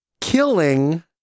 killing